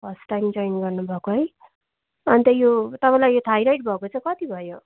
first time join गर्नुभएको है अन्त यो तपाईँलाई यो थाइराइड भएको चाहिँ कति भयो